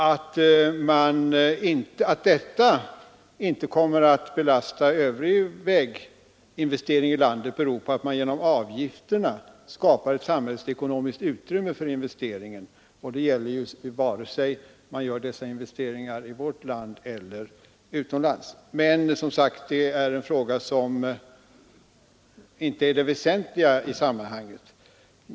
Att byggandet av den förbindelsen inte kommer att belasta övrig väginvestering i landet beror på att man genom avgifterna skapar ett samhällsekonomiskt utrymme för investeringen, och det gäller vare sig man gör denna investering i vårt land eller utomlands. — Men den frågan är som sagt inte den väsentliga i sammanhanget.